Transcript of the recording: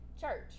church